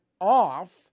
off